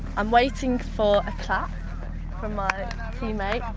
i'm waiting for a clap from my from me mate.